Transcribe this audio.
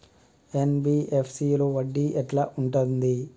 NBFC లో వడ్డీ ఎట్లా ఉంటది?